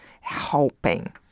helping